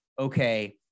okay